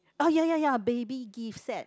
ah ya ya ya baby gift set